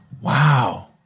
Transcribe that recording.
Wow